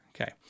Okay